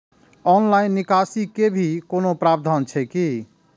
Online निकासी के भी कोनो प्रावधान छै की?